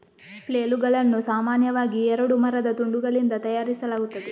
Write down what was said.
ಫ್ಲೇಲುಗಳನ್ನು ಸಾಮಾನ್ಯವಾಗಿ ಎರಡು ಮರದ ತುಂಡುಗಳಿಂದ ತಯಾರಿಸಲಾಗುತ್ತದೆ